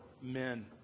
men